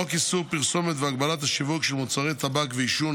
חוק איסור פרסומת והגבלת השיווק של מוצרי טבק ועישון,